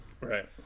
Right